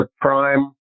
prime